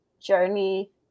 journey